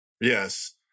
Yes